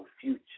future